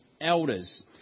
elders